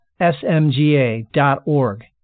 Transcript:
smga.org